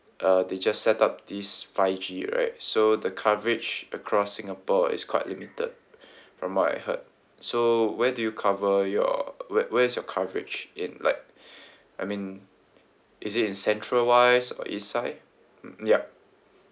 uh they just set up this five G right so the coverage across singapore is quite limited from what I heard so where do you cover your where where is your coverage in like I mean is it in central wise or east side mm yup